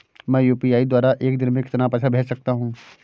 मैं यू.पी.आई द्वारा एक दिन में कितना पैसा भेज सकता हूँ?